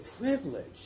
privilege